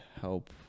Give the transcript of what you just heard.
help